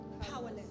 Powerless